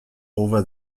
over